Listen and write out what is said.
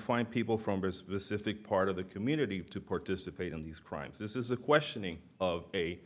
find people from specific part of the community to participate in these crimes this is the questioning of a